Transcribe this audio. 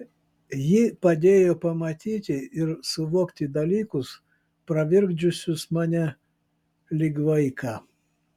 ji padėjo pamatyti ir suvokti dalykus pravirkdžiusius mane lyg vaiką